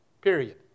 period